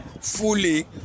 fully